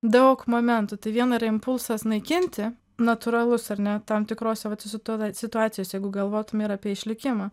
daug momentų tai vieną ir impulsas naikinti natūralus ar ne tam tikrose vat susitovets situacijose jeigu galvotume ir apie išlikimą